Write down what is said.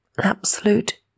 absolute